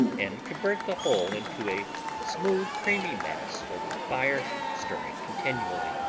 and convert the whole into a smooth, creamy mass, over the fire, stirring continually,